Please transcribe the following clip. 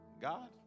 God